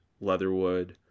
Leatherwood